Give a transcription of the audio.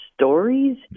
stories